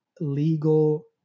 legal